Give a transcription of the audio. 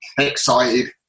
excited